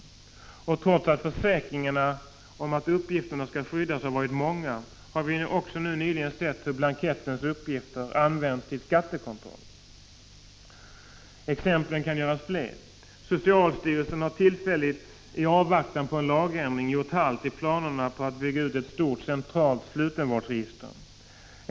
Trots att det lämnades många försäkringar om att uppgifterna skulle skyddas, har vi nyligen sett hur blankettens uppgifter används till skattekontroll. Socialstyrelsen har tillfälligt, i avvaktan på en lagändring, gjort halt i planerna på att bygga upp ett stort centralt slutenvårdsregister.